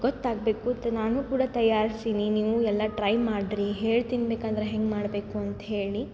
ಗೊತ್ತಾಗಬೇಕು ನಾನು ಕೂಡ ತಯಾರ್ಸಿನಿ ನೀವು ಎಲ್ಲ ಟ್ರೈ ಮಾಡ್ರಿ ಹೇಳ್ತಿನಿ ಬೇಕಂದರೆ ಹೆಂಗೆ ಮಾಡಬೇಕು ಅಂತೇಳಿ